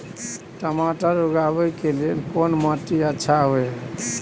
टमाटर उगाबै के लेल कोन माटी अच्छा होय है?